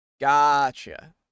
Gotcha